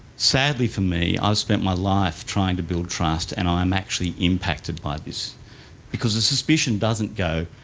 sadly for me i've spent my life trying to build trust and um i am actually impacted by this because the suspicion doesn't go,